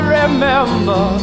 remember